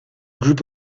group